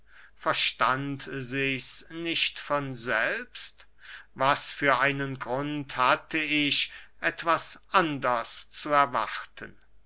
verstand sichs nicht von selbst was für einen grund hatte ich etwas anders zu erwarten